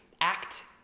act